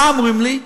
מה אומרים לי?